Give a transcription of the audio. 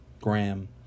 Graham